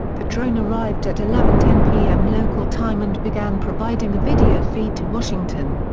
the drone arrived at eleven ten pm local time and began providing a video feed to washington.